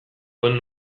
duen